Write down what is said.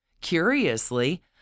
Curiously